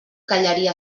callaria